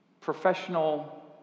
professional